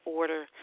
order